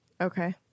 Okay